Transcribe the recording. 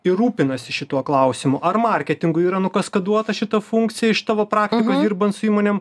ir rūpinasi šituo klausimu ar marketingui yra nukaskaduota šita funkcija iš tavo praktikoj dirbant su įmonėm